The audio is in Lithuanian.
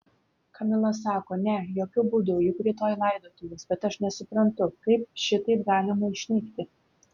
kamila sako ne jokiu būdu juk rytoj laidotuvės bet aš nesuprantu kaip šitaip galima išnykti